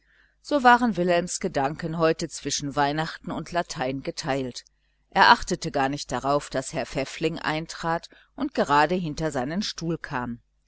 so waren wilhelms gedanken heute zwischen weihnachten und latein geteilt er achtete gar nicht darauf daß herr pfäffling eintrat und gerade hinter seinen stuhl kam